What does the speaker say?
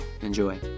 Enjoy